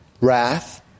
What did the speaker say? wrath